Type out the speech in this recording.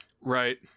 Right